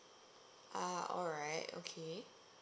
orh alright okay